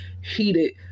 heated